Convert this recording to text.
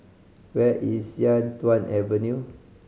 where is Sian Tuan Avenue